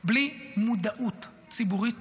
בלי מודעות ציבורית